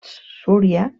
súria